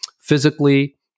physically